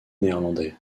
néerlandais